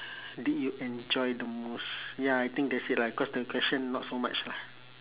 did you enjoy the most ya I think that's it lah cause the question not so much lah